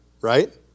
right